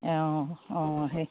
অঁ অঁ সেই